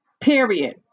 period